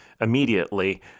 immediately